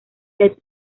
ted